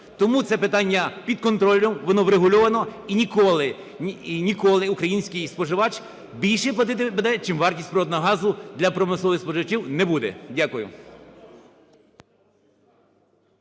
Тому це питання під контролем, воно врегульовано і ніколи, ніколи український споживач більше платити, чим вартість природного газу для промислових споживачів не буде. Дякую.